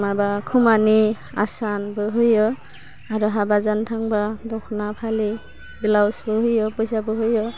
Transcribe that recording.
माबा खोमानि आसानबो होयो आरो हाबा जानो थांबा दख'ना फालि ब्लाउसबो होयो फैसाबो होयो